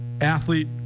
athlete